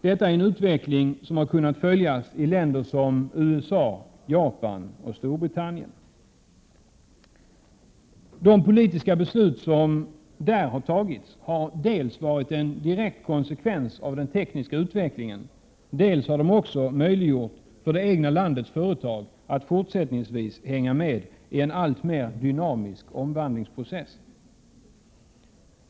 Detta är en utveckling som har kunnat följas i länder som USA, Japan och Storbritannien. De politiska beslut som där tagits har varit en direkt konsekvens av den tekniska utvecklingen, och de har också möjliggjort för det egna landets företag att fortsättningsvis hänga med i en alltmer dynamisk omvandlingsprocess.